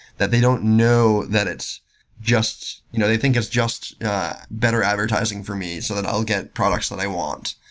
that they don't know that it's just you know they think it's just better advertising for me so that i'll get products that i want.